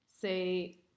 say